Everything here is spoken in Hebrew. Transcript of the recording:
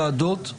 בעזרת השם.